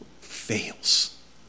fails